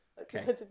Okay